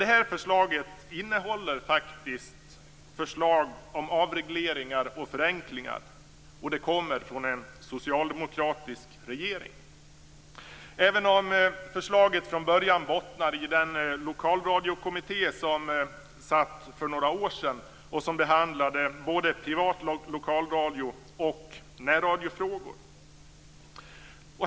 Denna proposition innehåller faktiskt förslag om avregleringar och förenklingar, och den kommer från en socialdemokratisk regering, även om förslaget bottnar i den lokalradiokommitté som var satt för några år sedan och behandlade både privat lokalradio och närradiofrågor.